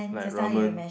like ramen